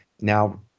Now